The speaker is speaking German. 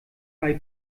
bei